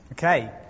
Okay